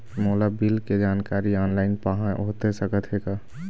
मोला बिल के जानकारी ऑनलाइन पाहां होथे सकत हे का?